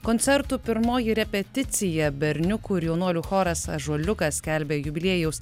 koncertų pirmoji repeticija berniukų ir jaunuolių choras ąžuoliukas skelbia jubiliejaus